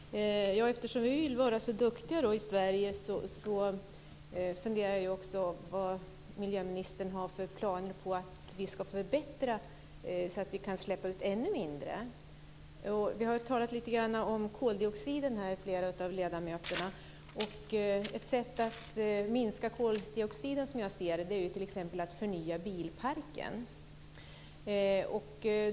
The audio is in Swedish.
Herr talman! Eftersom vi vill vara så duktiga i Sverige funderar jag också på vilka planer miljöministern har för att vi ska kunna förbättra och släppa ut ännu mindre. Flera av ledamöterna har talat om koldioxiden. Ett sätt att minska koldioxiden är ju t.ex. att förnya bilparken.